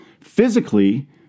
Physically